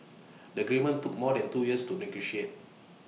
the agreement took more than two years to negotiate